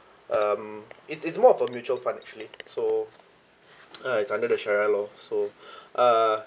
um it's it's more of a mutual fund actually so uh it's under the sharia law so uh